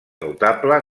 notable